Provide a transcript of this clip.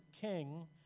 King